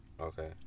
okay